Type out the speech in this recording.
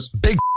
Big